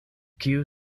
kiu